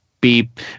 beep